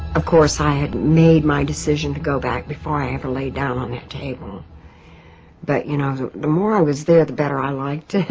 of course i had made my decision to go before i ever laid down on that table but you know the more i was there the better. i liked it